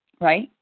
right